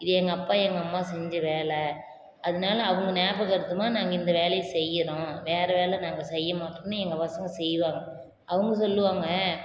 இது எங்கள் அப்பா எங்கள் அம்மா செஞ்ச வேலை அதனால அவங்க நியாபகர்த்தமாக நாங்கள் இந்த வேலையை செய்யறோம் வேறு வேலை நாங்கள் செய்யமாட்டோன்னு எங்கள் பசங்க செய்வாங்க அவங்க சொல்லுவாங்க